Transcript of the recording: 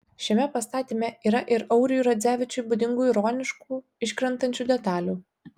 šiame pastatyme yra ir auriui radzevičiui būdingų ironiškų iškrentančių detalių